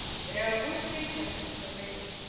there are good witnesses of it.